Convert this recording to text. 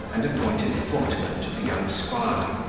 and appointed footman to the young squire.